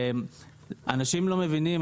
אנשים לא מבינים,